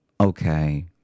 okay